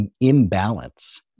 imbalance